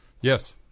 Yes